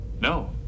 No